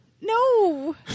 No